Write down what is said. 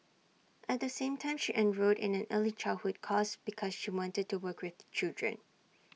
at the same time she enrolled in an early childhood course because she wanted to work with children